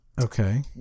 Okay